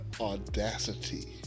audacity